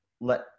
let